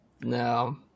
No